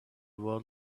world